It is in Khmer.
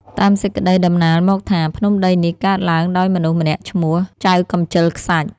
តាមសេចក្ដីតំណាលមកថា ភ្នំដីនេះកើតឡើងដោយមនុស្សម្នាក់ឈ្មោះ “ចៅកម្ជិលខ្សាច់”